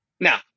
Now